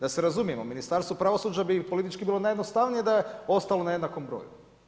Da se razumijemo, Ministarstvo pravosuđa bi politički bilo najjednostavnije, da je ostalo na jednakom broju.